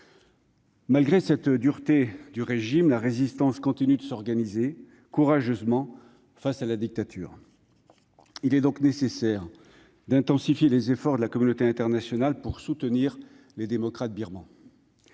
Malgré cette dureté du régime, la résistance continue de s'organiser courageusement face à la dictature. Il est donc nécessaire d'intensifier les efforts de la communauté internationale pour soutenir les démocrates birmans.